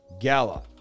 Gala